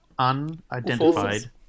Unidentified